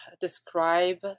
describe